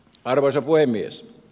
arvoisa puhemies